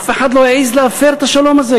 אף אחד לא יעז להפר את השלום הזה,